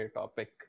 topic